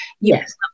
Yes